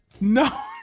No